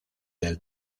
del